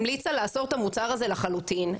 המליצה לאסור את המוצר הזה לחלוטין,